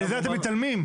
מזה אתם מתעלמים.